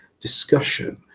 discussion